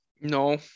No